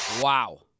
Wow